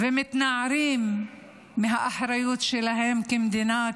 והם מתנערים מהאחריות שלהם כמדינה,